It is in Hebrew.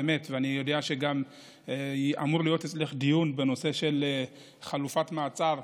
ואני גם יודע שאמור להיות אצלך דיון בנושא של חלופת מעצר,